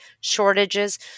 shortages